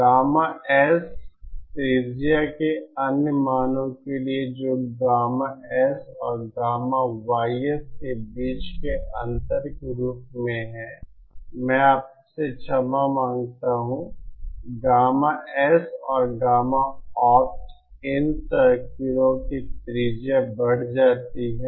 gamma S त्रिज्या के अन्य मानो के लिए जो गामा S और गामा ys के बीच के अंतर के रूप में है मैं आपके क्षमा मांगता हूं गामा एस और गामा opt इन सर्किलों की त्रिज्या बढ़ जाती है